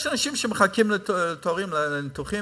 יש אנשים שמחכים לתורם, לניתוחים,